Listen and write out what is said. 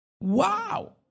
Wow